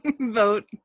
vote